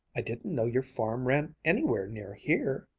i didn't know your farm ran anywhere near here,